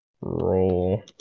Roll